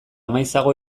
maizago